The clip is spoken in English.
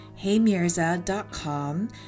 heymirza.com